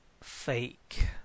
fake